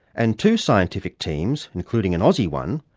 and two scientific teams, including an aussie one,